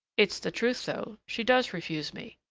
it's the truth, though, she does refuse me.